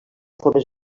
formes